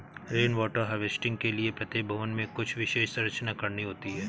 rain water harvesting के लिए प्रत्येक भवन में कुछ विशेष संरचना करनी होती है